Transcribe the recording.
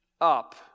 up